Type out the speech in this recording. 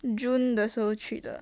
june 的时候去的